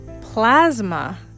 plasma